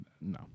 no